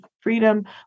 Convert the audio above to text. freedom